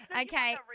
okay